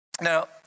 Now